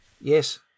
Yes